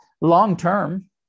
long-term